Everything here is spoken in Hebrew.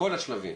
בכל השלבים,